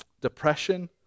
Depression